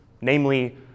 Namely